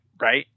right